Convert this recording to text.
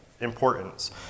importance